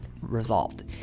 resolved